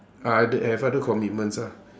I oth~ have other commitments ah